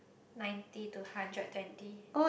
ninety to hundred twenty